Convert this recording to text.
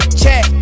check